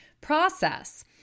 process